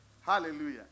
Hallelujah